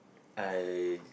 I